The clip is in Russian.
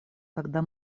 когда